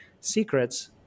secrets